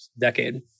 Decade